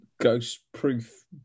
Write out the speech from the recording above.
ghost-proof